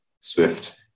Swift